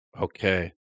Okay